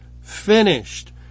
finished